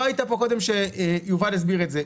לא היית כאן קודם עת יובל הסביר את זה.